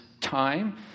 time